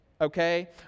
okay